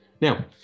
now